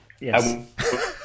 Yes